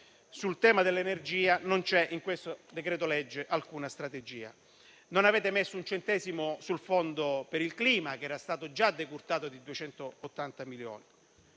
sul tema dell'energia non c'è in questo decreto-legge alcuna strategia. Non avete messo un centesimo sul Fondo per il clima, che era stato già decurtato di 280 milioni.